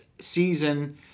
season